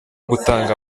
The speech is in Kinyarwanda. gutanga